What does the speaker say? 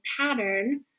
pattern